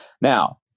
Now